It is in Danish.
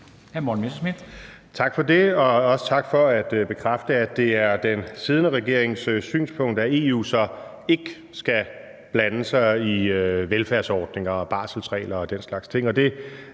Tak for det, og også tak for at bekræfte, at det er den siddende regerings synspunkt, at EU så ikke skal blande sig i vores velfærdsordninger og barselsregler og den slags ting,